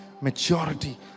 maturity